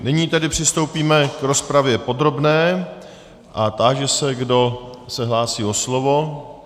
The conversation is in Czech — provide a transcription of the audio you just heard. Nyní tedy přistoupíme k rozpravě podobné a táži se, kdo se hlásí o slovo.